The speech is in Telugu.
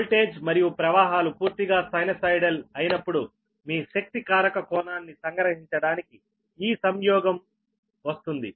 ఓల్టేజ్ మరియు ప్రవాహాలు పూర్తిగా సైనోసోయిడల్ అయినప్పుడు మీ శక్తి కారక కోణాన్ని సంగ్రహించడానికి ఈ సంయోగం వస్తుంది